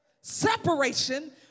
separation